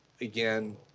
Again